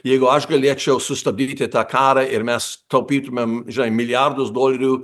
jeigu aš galėčiau sustabdyti tą karą ir mes taupytumėm žai milijardus dolerių